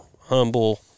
humble